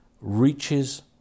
reaches